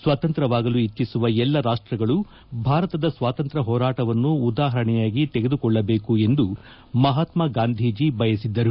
ಸ್ವತಂತ್ರವಾಗಲು ಇಚ್ಛಿಸುವ ಎಲ್ಲಾ ರಾಷ್ಟಗಳು ಭಾರತದ ಸ್ವಾತಂತ್ರ್ಯ ಹೋರಾಟವನ್ನು ಉದಾಹರಣೆಯಾಗಿ ತೆಗೆದುಕೊಳ್ಳಬೇಕು ಎಂದು ಮಹಾತ್ಮ ಗಾಂಧಿ ಬಯಸಿದ್ದರು